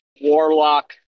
warlock